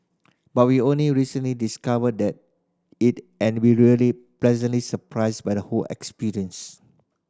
but we only recently discovered that it and were really pleasantly surprised by the whole experience